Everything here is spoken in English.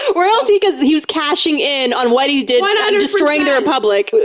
ah royalty, cause he was cashing in on what he did and and destroying the republic.